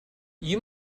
you